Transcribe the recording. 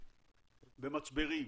במצברים.